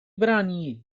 brani